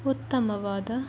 ಉತ್ತಮವಾದ